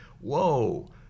Whoa